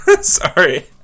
Sorry